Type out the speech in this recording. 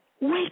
Wake